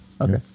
Okay